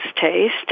taste